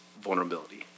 vulnerability